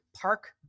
park